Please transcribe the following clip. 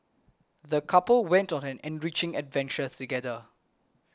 the couple went on an enriching adventure together